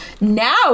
now